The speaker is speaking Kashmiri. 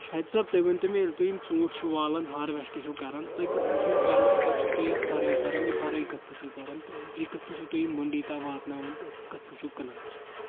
شاید صٲب تُہۍ ؤنتو مےٚ ییٚلہِ تُہۍ یِم ژوٗنٛٹھۍ چھِ والان ہارویٚسٹہٕ چھِو کَران تُہۍ کِتھ پٲٹھۍ چھُو یِم کَران تہٕ پَتہٕ چھِو تُہۍ اَتھ بَرٲے کَران یہِ بَرٲے کِتھ پٲٹھۍ چھُو کَران تہٕ بیٚیہِ کِتھ پٲٹھۍ چھُو تُہۍ یِم مٔنٛڈی تام واتناوان تہٕ کِتھ پٲٹھۍ چھُو کٕنان